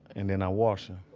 and then i wash them